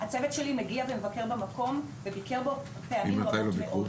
הצוות שלי מגיע ומבקר במקום וביקר בו פעמים רבות מאוד.